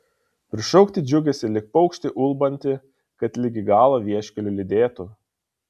prišaukti džiugesį lyg paukštį ulbantį kad ligi galo vieškeliu lydėtų